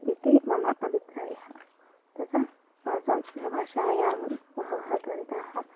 इति मम अभिप्रायः तथा संस्कृतभाषायां बहवः ग्रन्थाः